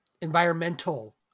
environmental